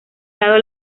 lado